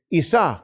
isa